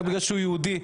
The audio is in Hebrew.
רק בגלל שהוא יהודי,